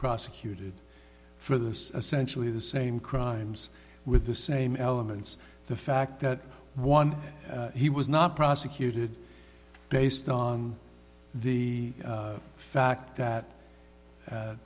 prosecuted for this essentially the same crimes with the same elements the fact that one he was not prosecuted based on the fact that